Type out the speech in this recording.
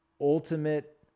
ultimate